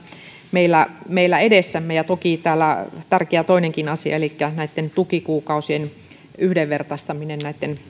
meillä meillä edessämme toki täällä on toinenkin tärkeä asia elikkä tämä tukikuukausien yhdenvertaistaminen